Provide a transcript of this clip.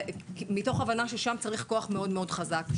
מתוך הבנה ששם צריך כוח מאוד מאוד חזק.